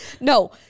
no